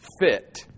fit